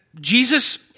Jesus